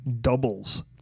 doubles